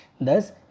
Thus